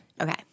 Okay